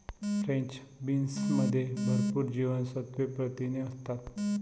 French बीन्समध्ये भरपूर जीवनसत्त्वे, प्रथिने असतात